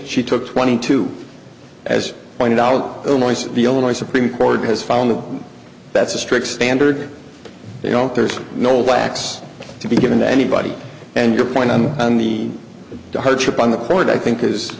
she took twenty two as pointed out illinois the illinois supreme court has found that that's a strict standard you know there's no lax to be given to anybody and your point on the hardship on the point i think is